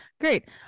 Great